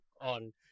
on